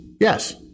yes